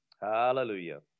Hallelujah